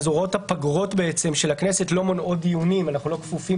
הוראות הפגרות של הכנסת לא מונעות דיונים אנחנו לא כפופים